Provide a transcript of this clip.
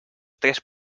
tres